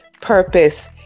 purpose